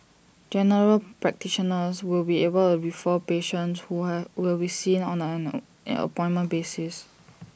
general practitioners will be able refer patients who I will be seen on an appointment basis